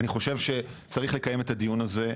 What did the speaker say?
אני חושב שצריך לקיים את הדיון הזה,